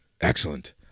Excellent